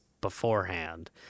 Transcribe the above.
beforehand